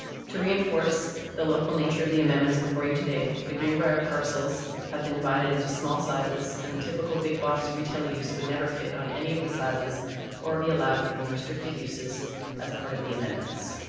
to reinforce the local nature of the amendments before you today, the green prior parcels have been divided into small sizes and the typical big box retail use would never fit on any of the sizes or be allowed within the restricted uses as part of the amendment.